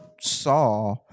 saw